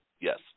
Yes